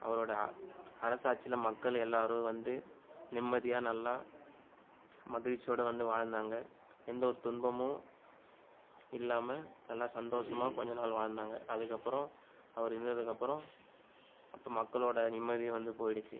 அவரோட அ அரசாட்சியில் மக்கள் எல்லோரும் வந்து நிம்மதியாக நல்லா மகிழ்ச்சியோடு வந்து வாழ்ந்தாங்க எந்த ஒரு துன்பமும் இல்லாமல் நல்லா சந்தோஷமாக கொஞ்சம் நாள் வாழ்ந்தாங்க அதுக்கப்புறம் அவர் இறந்ததுக்கப்புறம் மக்களோட நிம்மதி வந்து போயிடுச்சு